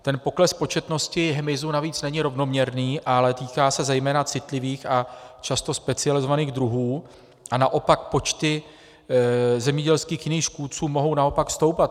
Ten pokles početnosti hmyzu navíc není rovnoměrný, ale týká se zejména citlivých a často specializovaných druhů, naopak počty jiných zemědělských škůdců mohou naopak stoupat.